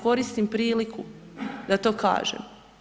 Koristim priliku da to kažem.